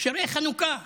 שירי חנוכה